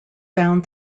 found